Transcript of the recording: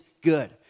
good